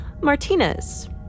Martinez